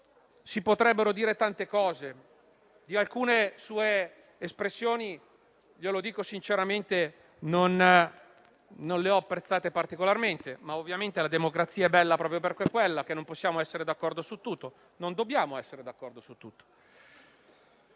si potrebbero dire tante cose. Alcune sue espressioni - glielo dico sinceramente - non le ho apprezzate particolarmente. Ma ovviamente la democrazia è bella proprio per questo: non possiamo essere d'accordo su tutto e non dobbiamo essere d'accordo su tutto.